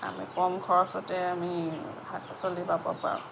আমি কম খৰচতে আমি শাক পাচলি পাব পাৰোঁ